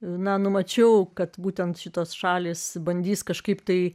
numačiau kad būtent šitos šalys bandys kažkaip tai